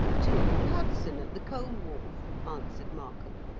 to old hudson, at the coal wharf answered markham.